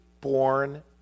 born